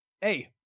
hey